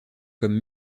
comme